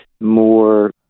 more